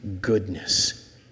goodness